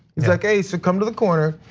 he's like hey, so come to the corner,